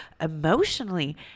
emotionally